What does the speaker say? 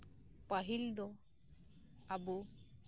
ᱯᱟᱹᱦᱤᱞ ᱫᱚ ᱟᱵᱩ